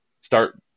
start